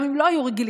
גם אם לא היו רגילים,